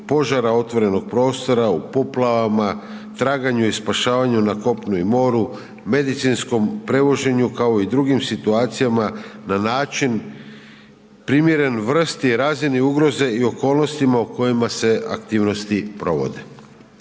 požara otvorenog prostora, u poplavama, traganju i spašavanju na kopnu i moru, medicinskom prevoženju kao i drugim situacijama na način primjeren vrsti i razini ugroze i okolnostima u kojima se aktivnosti provode.